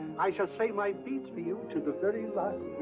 i shall say my beads for you to the very last